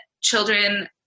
children